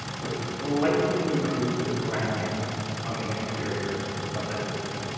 was slightly improve the browning on the exterior of the turkey.